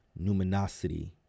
numinosity